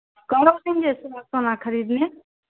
कब आ जाएंगे सोना सोना खरीदने